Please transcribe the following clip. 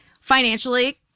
financially